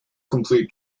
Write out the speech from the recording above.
complete